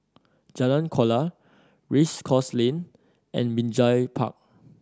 Jalan Kuala Race Course Lane and Binjai Park